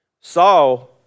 Saul